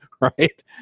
right